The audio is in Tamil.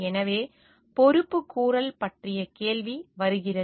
எனவே பொறுப்புக்கூறல் பற்றிய கேள்வி வருகிறது